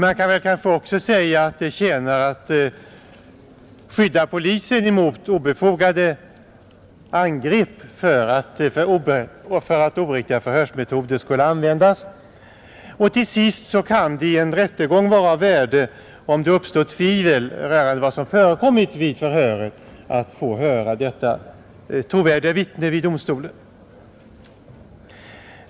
Man kanske också kan säga att det tjänar till att skydda polisen mot obefogade angrepp för att oriktiga förhörsmetoder skulle användas. Till sist kan det i en rättegång vara av värde, om det uppstår tvivel rörande vad som förekommit vid förhör, att få höra detta trovärdiga vittne vid domstolen.